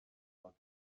ازاد